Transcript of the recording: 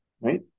right